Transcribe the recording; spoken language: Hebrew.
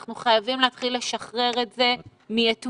אנחנו חייבים להתחיל לשחרר את זה מאתמול,